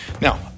Now